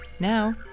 now,